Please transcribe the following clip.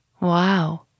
Wow